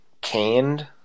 canned